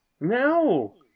No